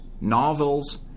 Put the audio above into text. novels